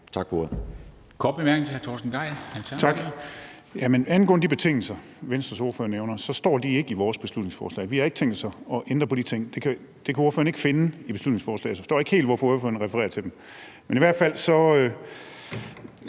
Tak for ordet.